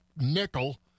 nickel